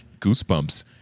Goosebumps